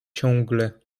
ciągle